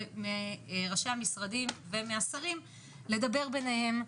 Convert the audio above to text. מראשי המשרדים ומהשרים לדבר ביניהם,